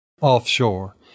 offshore